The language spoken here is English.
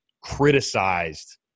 criticized